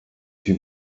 się